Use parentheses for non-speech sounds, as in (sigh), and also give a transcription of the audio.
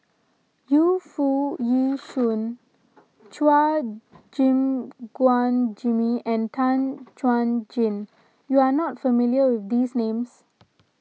Yu Foo Yee (noise) Shoon Chua Gim Guan Jimmy and Tan (noise) Chuan Jin you are not familiar with these names